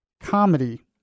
comedy